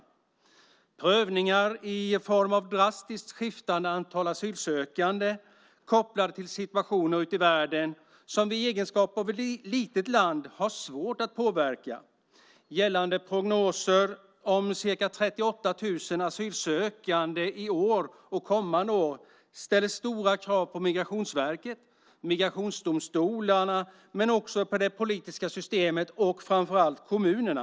Det är prövningar i form av drastiskt skiftande antal asylsökande kopplade till situationer ute i världen som vi i egenskap av litet land har svårt att påverka. Gällande prognoser om ca 38 000 asylsökande i år och kommande år ställer stora krav på Migrationsverket och migrationsdomstolarna men också på det politiska systemet och framför allt kommunerna.